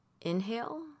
Inhale